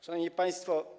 Szanowni Państwo!